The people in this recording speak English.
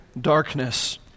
darkness